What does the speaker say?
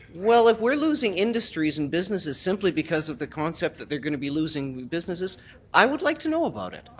well, if we're losing industries and businesses simply because of the concept that they're going to be losing businesses i would like to know about it.